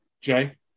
Jay